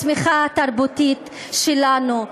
זה אי בודד של הצמיחה התרבותית שלנו.